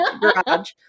garage